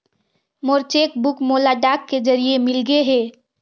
मोर cheque book मोला डाक के जरिए मिलगे हे